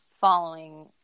following